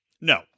No